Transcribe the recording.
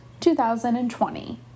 2020